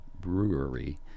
Brewery